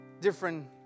different